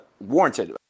warranted